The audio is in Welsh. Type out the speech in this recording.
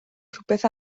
rhywbeth